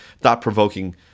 thought-provoking